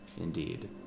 indeed